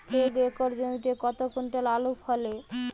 এক একর জমিতে কত কুইন্টাল আলু ফলে?